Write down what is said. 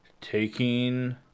taking